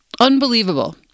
Unbelievable